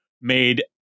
made